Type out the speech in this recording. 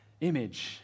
image